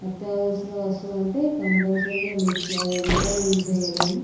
అత్యవసర వస్తువు అంటే కంపల్సరీగా మిక్సీ అది ఎనీ టైం యూజ్ చేయలేము